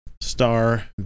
Star